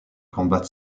combat